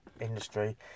industry